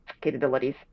capabilities